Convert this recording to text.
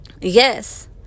Yes